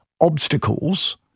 obstacles